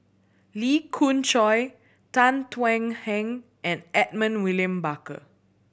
Lee Khoon Choy Tan Thuan Heng and Edmund William Barker